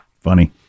Funny